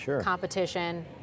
Competition